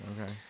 Okay